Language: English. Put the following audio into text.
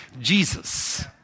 Jesus